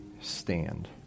stand